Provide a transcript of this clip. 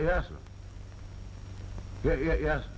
yeah yeah yeah yeah